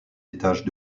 étages